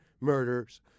murders